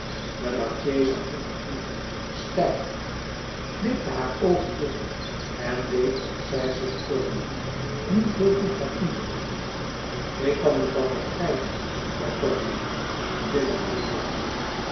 de marchesa groette koel stijf knipte hare oogen dicht en deed of zij zich cornélie niet heel goed herinnerde ik kan me dat begrijpen zei cornélie vinnig glimlachend